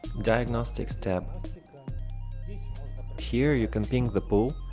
diagnostics tab here you can ping the pool,